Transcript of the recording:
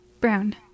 Brown